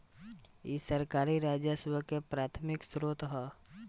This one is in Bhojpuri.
इ सरकारी राजस्व के प्राथमिक स्रोत ह